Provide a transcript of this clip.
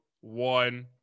one